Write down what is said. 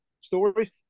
stories